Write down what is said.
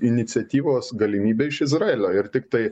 iniciatyvos galimybę iš izraelio ir tiktai